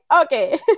Okay